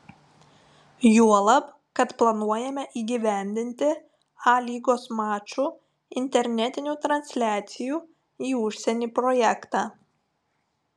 juolab kad planuojame įgyvendinti a lygos mačų internetinių transliacijų į užsienį projektą